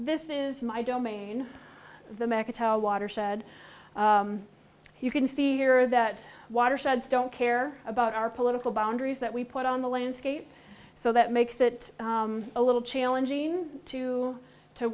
this is my domain the mecca tell watershed you can see here that watershed don't care about our political boundaries that we put on the landscape so that makes it a little challenging to to